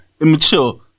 Immature